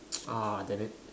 ah damn it